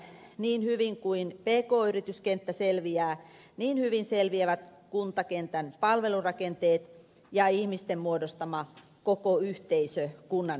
niin hyvin kuin pk yrityskenttä selviää niin hyvin selviävät kuntakentän palvelurakenteet ja ihmisten muodostama koko yhteisö kunnan sisällä